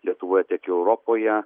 lietuvoje tiek ir europoje